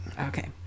Okay